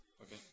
Okay